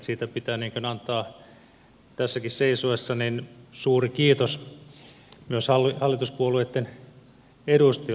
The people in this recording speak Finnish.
siitä pitää antaa tässäkin seisoessani suuri kiitos myös hallituspuolueitten edustajille